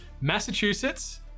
Massachusetts